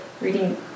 reading